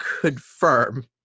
confirm